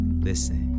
Listen